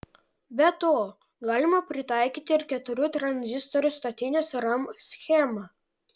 be to galima pritaikyti ir keturių tranzistorių statinės ram schemą